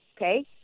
okay